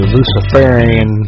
Luciferian